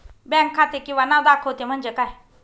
Bank खाते किंवा नाव दाखवते म्हणजे काय?